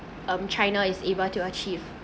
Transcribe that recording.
um china is able to achieve